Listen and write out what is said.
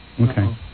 Okay